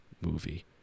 movie